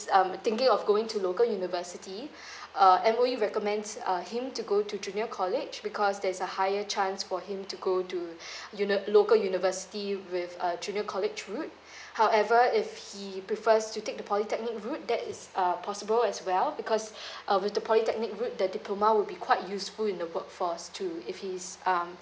um thinking of going to local university uh M_O_E recommends uh him to go to junior college because there's a higher chance for him to go to uni~ local university with a junior college route however if he prefers to take the polytechnic route that is uh possible as well because uh with the polytechnic route the diploma will be quite useful in the workforce to if he's um